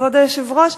כבוד היושב-ראש.